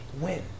win